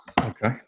Okay